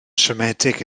siomedig